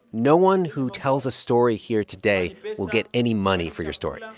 no one who tells a story here today will get any money for your story. um